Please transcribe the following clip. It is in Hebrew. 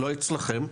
לא אצלכם,